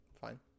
fine